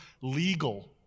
legal